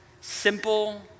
simple